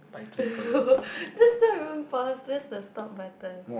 no this is not even pause that's the stop button